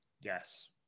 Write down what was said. yes